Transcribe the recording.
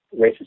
racist